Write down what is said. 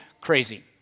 crazy